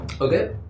Okay